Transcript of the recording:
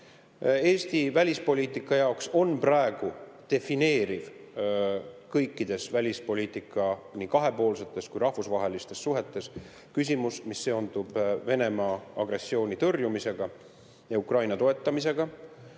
Eesti välispoliitika jaoks on praegu defineeriv kõikides välispoliitika nii kahepoolsetes kui ka rahvusvahelistes suhetes küsimus, mis seondub Venemaa agressiooni tõrjumisega ja Ukraina toetamisega.